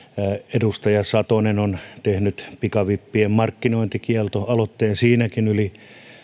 edustaja satonen on tehnyt pikavippien markkinointikieltoaloitteen siinäkin on yli